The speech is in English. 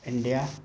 India